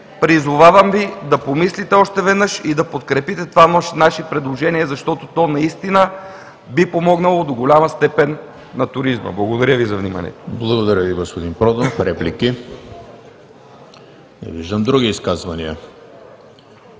призовавам Ви да помислите още веднъж и да подкрепите това наше предложение, защото то наистина би помогнало до голяма степен на туризма. Благодаря Ви за вниманието.